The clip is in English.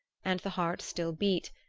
and the heart still beat,